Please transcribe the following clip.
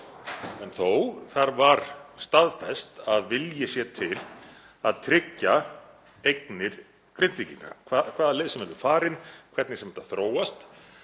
En þó, þar var staðfest að vilji sé til að tryggja eignir Grindvíkinga. Hvaða leið sem verður farin, hvernig sem þetta þróast